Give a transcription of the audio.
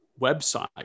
website